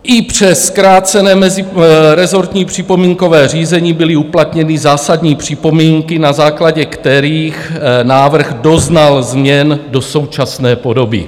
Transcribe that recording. I přes zkrácené mezirezortní připomínkové řízení byly uplatněny zásadní připomínky, na základě kterých návrh doznal změn do současné podoby.